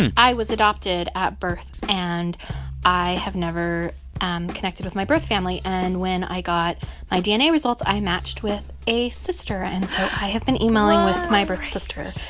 and i was adopted at birth, and i have never and connected with my birth family. and when i got my dna results, i matched with a sister, and so i have been emailing. what. with my birth sister.